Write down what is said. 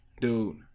Dude